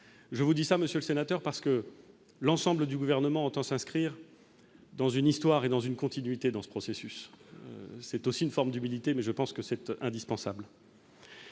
je vous dis ça, Monsieur le Sénateur, parce que l'ensemble du gouvernement entend s'inscrire dans une histoire et dans une continuité dans ce processus, c'est aussi une forme d'humilité mais je pense que cette indispensable.